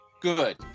Good